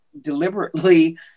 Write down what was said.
deliberately